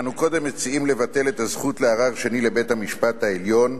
אנו קודם מציעים לבטל את הזכות לערר שני לבית-המשפט העליון,